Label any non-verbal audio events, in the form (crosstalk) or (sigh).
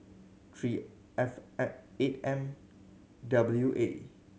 three F (unintelligible) eight M W A